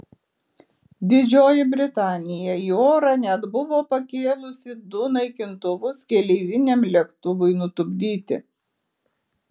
didžioji britanija į orą net buvo pakėlusi du naikintuvus keleiviniam lėktuvui nutupdyti